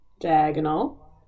diagonal